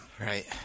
Right